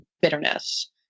bitterness